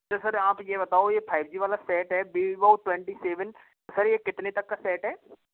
तो सर आप यह बाताओ कि आप ये फाइव जी वाला सेट है वीवो ट्वेंटी सेवन सर ये कितने तक का सेट है